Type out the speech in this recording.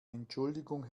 entschuldigung